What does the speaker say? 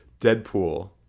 deadpool